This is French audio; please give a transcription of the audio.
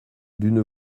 d’une